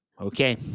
Okay